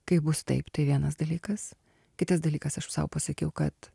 kaip bus taip tai vienas dalykas kitas dalykas aš sau pasakiau kad